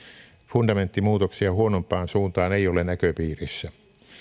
fundamenttimuutoksia huonompaan suuntaan ei ole näköpiirissä